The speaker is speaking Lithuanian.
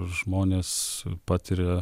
žmonės patiria